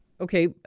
Okay